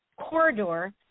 corridor –